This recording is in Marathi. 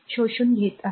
शोषून घेतो